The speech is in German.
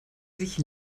sich